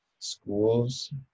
Schools